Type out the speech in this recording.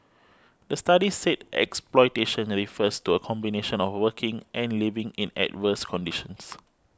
the study said exploitation that refers to a combination of working and living in adverse conditions